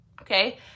okay